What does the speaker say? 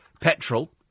petrol